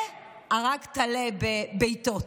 והרג טלה בבעיטות,